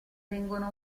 vengono